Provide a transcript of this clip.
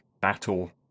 battle